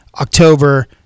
October